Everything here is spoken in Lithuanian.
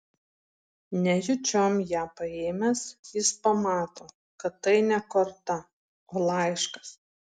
nejučiom ją paėmęs jis pamato kad tai ne korta o laiškas